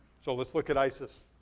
so let's look at isis,